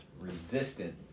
resistant